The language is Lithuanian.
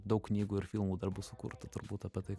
daug knygų ir filmų dar bus sukurta turbūt apie tai